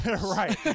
Right